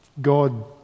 God